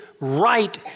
right